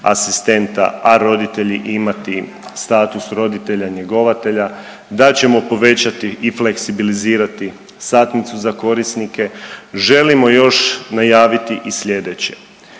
a roditelji imati status roditelja njegovatelja, da ćemo povećati i fleksibilizirati satnicu za korisnike, želimo još najaviti i slijedeće,